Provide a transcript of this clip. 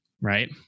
right